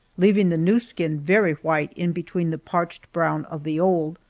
leaving the new skin very white in between the parched brown of the old,